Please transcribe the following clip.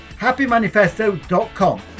happymanifesto.com